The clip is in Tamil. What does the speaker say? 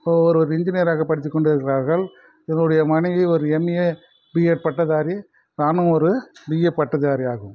ஒருவர் இன்ஜினியராக படித்து கொண்டிருக்கிறார்கள் என்னுடைய மனைவி ஒரு எம்ஏ பிஎட் பட்டதாரி நானும் ஒரு பிஏ பட்டதாரி ஆகும்